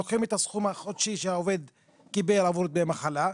לוקחים את הסכום החודש שהעובד קיבל עבור דמי מחלה,